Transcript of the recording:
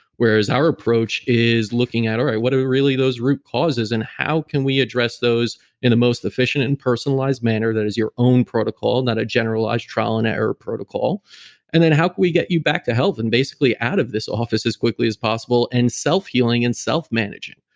whereas our approach is looking at, all right what are really those root causes and how can we address those in a most efficient and personalized manner that is your own protocol, not a generalized trial and error protocol and then how can we get you back to health and basically out of this office as quickly as possible and self-healing and self managing?